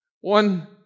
One